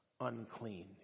unclean